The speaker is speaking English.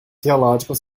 theological